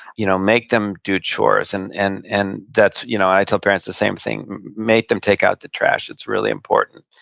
you know make them do chores. and and and you know and i tell parents the same thing. make them take out the trash. it's really important.